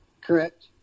Correct